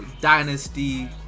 Dynasty